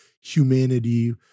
humanity